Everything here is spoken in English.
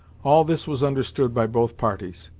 all this was understood by both parties,